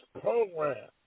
program